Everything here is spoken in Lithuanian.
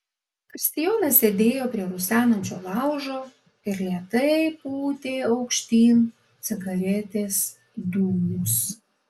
kristijonas sėdėjo prie rusenančio laužo ir lėtai pūtė aukštyn cigaretės dūmus